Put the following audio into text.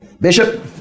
Bishop